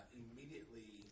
immediately